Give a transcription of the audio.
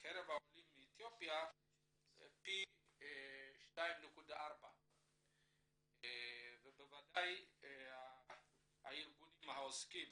בקרב העולים מאתיופיה על פי 2.4. ובוודאי הארגונים העוסקים